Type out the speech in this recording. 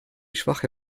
schwache